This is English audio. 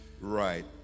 right